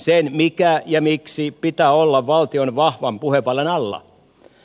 sen minkä ja miksi pitää olla valtion vahvan puhevallan alla